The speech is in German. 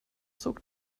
zog